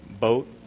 boat